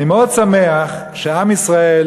אני מאוד שמח שעם ישראל,